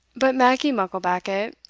but maggie mucklebackit,